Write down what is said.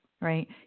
right